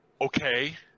Okay